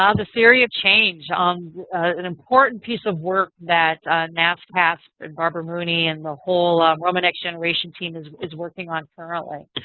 um the theory of change, um an important piece of work that nascap, barbara mooney and the whole um roma next generation team is is working on currently.